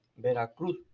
Veracruz